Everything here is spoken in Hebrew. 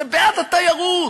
אתם בעד התיירות,